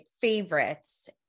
favorites